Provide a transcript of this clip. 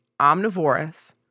omnivorous